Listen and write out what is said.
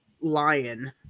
lion